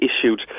issued